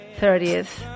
30th